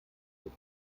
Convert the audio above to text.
wird